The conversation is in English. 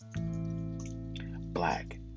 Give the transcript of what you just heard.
black